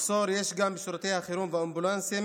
מחסור יש גם בשירותי החירום ובאמבולנסים